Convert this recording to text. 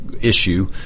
issue